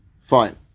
fine